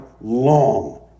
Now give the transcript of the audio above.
long